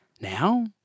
Now